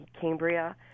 Cambria